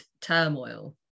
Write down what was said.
turmoil